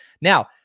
now